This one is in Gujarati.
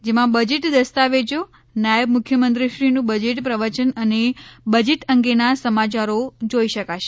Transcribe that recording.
જેમાં બજેટ દસ્તાવેજો નાયબ મુખ્યમંત્રીશ્રીનું બજેટ પ્રવચન અને બજેટ અંગેના સમાચારો જોઈ શકાશે